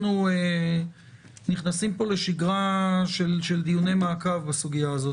אנחנו נכנסים פה לשגרה של דיוני מעקב בסוגיה הזאת.